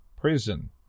prison